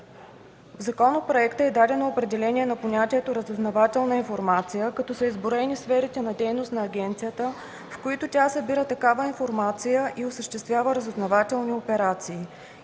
В законопроекта е дадено определение на понятието „разузнавателна информация”, като са изброени сферите на дейност на агенцията, в които тя събира такава информация и осъществява разузнавателни операции.